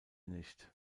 nicht